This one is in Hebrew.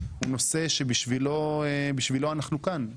הוא נושא שבשבילו אנחנו כאן,